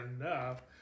enough